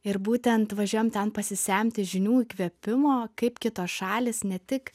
ir būtent važiuojam ten pasisemti žinių įkvėpimo kaip kitos šalys ne tik